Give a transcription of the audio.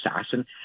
assassin